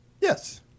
Yes